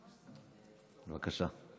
בבקשה.